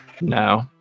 No